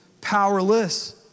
powerless